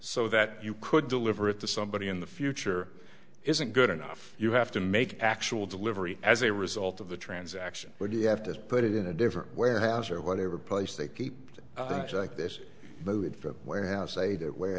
so that you could deliver it to somebody in the future isn't good enough you have to make actual delivery as a result of the transaction where you have to put it in a different warehouse or whatever place they keep this mood for a warehouse a that way